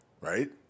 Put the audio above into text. right